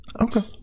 Okay